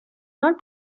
not